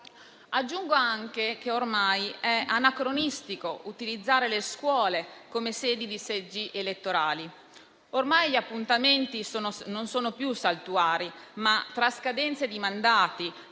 Aggiungo anche che ormai è anacronistico utilizzare le scuole come sedi di seggi elettorali. Ormai gli appuntamenti non sono più saltuari. Tra scadenze di mandati